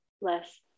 less